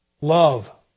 Love